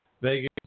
Vegas